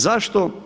Zašto?